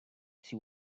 she